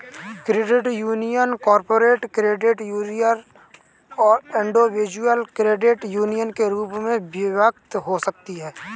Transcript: credit union corporate credit union और individual credit union के रूप में विभक्त हो सकती हैं